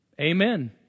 Amen